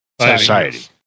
Society